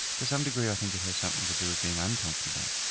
to some degree i think it has something to do with being uncomfortable.